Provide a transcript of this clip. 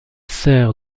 sœur